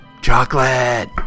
Chocolate